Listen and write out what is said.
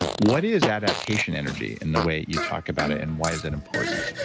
what is adaptation energy in the way you talk about it and why is it important?